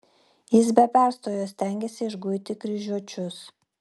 jis be perstojo stengėsi išguiti kryžiuočius